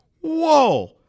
Whoa